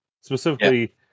specifically